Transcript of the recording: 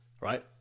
right